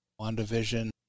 WandaVision